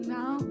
Now